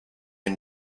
and